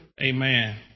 amen